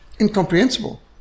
incomprehensible